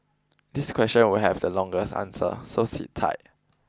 this question will have the longest answer so sit tight